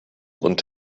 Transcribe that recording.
und